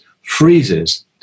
freezes